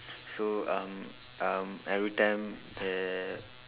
so um um everytime the